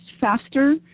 faster